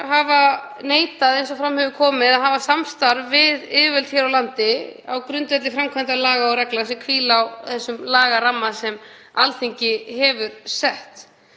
hafa neitað, eins og fram hefur komið, að hafa samstarf við yfirvöld hér á landi á grundvelli framkvæmdar laga og reglna sem hvíla á þeim lagaramma sem Alþingi hefur sett.